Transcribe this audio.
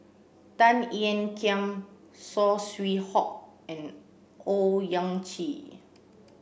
Tan Ean Kiam Saw Swee Hock and Owyang Chi